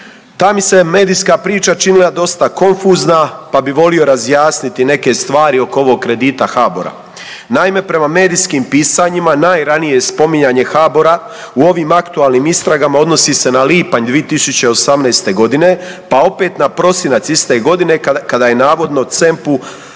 Ta mi se medijska priča činila dosta konfuzna pa bi volio razjasniti neke stvari oko ovog kredita HABOR-a. Naime, prema medijskim pisanjima najranije spominjanje HABOR-a u ovim aktualnim istragama odnosi se na lipanj 2018. godine, pa opet na prosinac iste godine kada je navodno